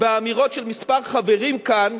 באמירות של כמה חברים כאן,